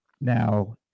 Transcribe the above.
Now